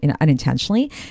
unintentionally